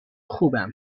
خوبم